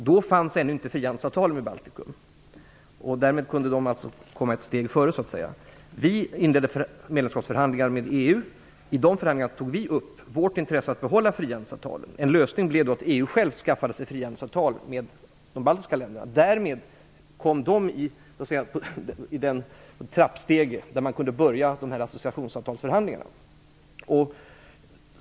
Då fanns ännu inte frihandelsavtal med Baltikum. Därmed kunde de komma ett steg före, så att säga. När vi inledde medlemskapsförhandlingar med EU tog vi upp vårt intresse att behålla frihandelsavtalen. En lösning blev då att EU själv skaffade sig frihandelsavtal med de baltiska länderna. Därmed hamnade de på det trappsteg där man kunde börja associationsavtalsförhandlingarna.